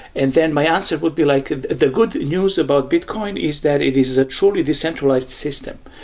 and then my answer would be like the good news about bitcoin is that it is is a truly decentralized system,